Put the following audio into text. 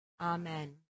Amen